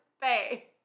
Faye